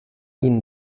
ihnen